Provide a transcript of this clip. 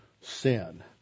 sin